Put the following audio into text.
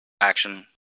action